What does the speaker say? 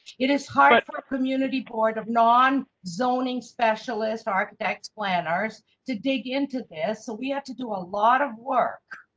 it is hard for a community board of non zoning specialist architects plan ours to dig into this. so we have to do a lot of work.